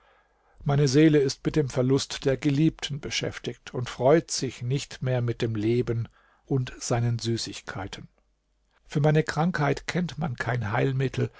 meine seele ist mit dem verlust der geliebten beschäftigt und freut sich nicht mehr mit dem leben und seinen süßigkeiten für meine krankheit kennt man kein heilmittel